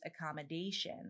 accommodation